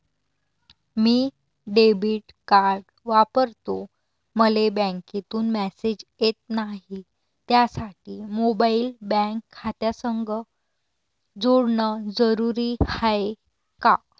मी debit card वापरतो मले बँकेतून मॅसेज येत नाही, त्यासाठी मोबाईल बँक खात्यासंग जोडनं जरुरी हाय का?